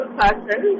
person